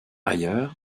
ailleurs